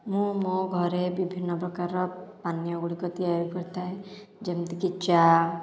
ମୁଁ ମୋ ଘରେ ବିଭିନ୍ନ ପ୍ରକାରର ପାନୀୟଗୁଡ଼ିକ ତିଆରି କରିଥାଏ ଯେମିତି କି ଚା